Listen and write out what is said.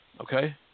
Okay